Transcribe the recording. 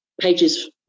pages